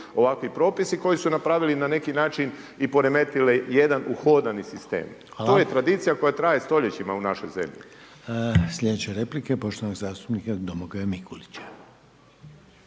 ovakvi propisi, koji su napravili na neki način i poremetile jedan uhodani sistem. To je tradicija koja traje stoljećima u našoj zemlji. **Reiner, Željko (HDZ)** Sljedeća replika je poštovanog zastupnika Domagoja Mikulića.